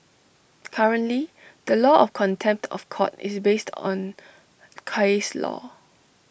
currently the law of contempt of court is based on case law